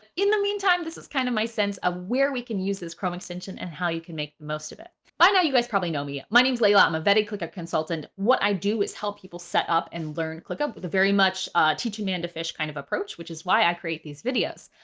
in the meantime, this is kind of my sense of where we can use this chrome extension and how you can make the most of it by now. you guys probably know me. my name's layla. i'm a vetted clickapp consultant. what i do is help people set up and learn clickup but very much teach a man to fish kind of approach which is why i create these videos.